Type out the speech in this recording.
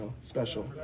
special